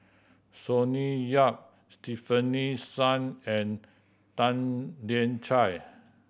Sonny Yap Stefanie Sun and Tan Lian Chye